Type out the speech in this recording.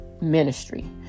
ministry